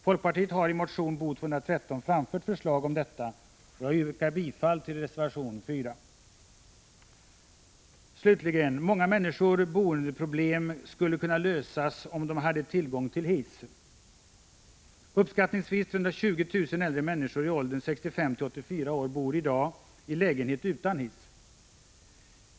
Folkpartiet har i motion Bo213 framfört förslag om detta och jag yrkar bifall till reservation 4. Slutligen: Många människors boendeproblem skulle kunna lösas om de hade tillgång till hiss. Uppskattningsvis 320 000 äldre människor i åldern 65-84 år bor i dag i lägenhet utan hiss.